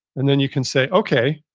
and then, you can say, okay,